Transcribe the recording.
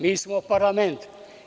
Mi smo parlament.